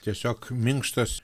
tiesiog minkštas